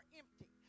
empty